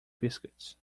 biscuits